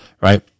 right